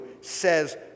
says